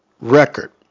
record